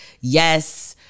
yes